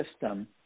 system